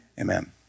amen